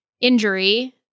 injury